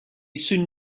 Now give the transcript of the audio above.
soon